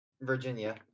Virginia